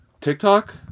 TikTok